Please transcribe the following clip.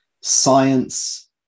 science